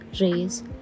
rays